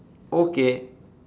okay